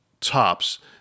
tops